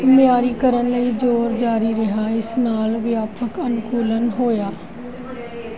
ਮਿਆਰੀਕਰਨ ਲਈ ਜ਼ੋਰ ਜਾਰੀ ਰਿਹਾ ਇਸ ਨਾਲ ਵਿਆਪਕ ਅਨੁਕੂਲਣ ਹੋਇਆ